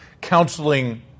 counseling